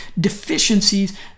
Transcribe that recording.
deficiencies